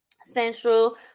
Central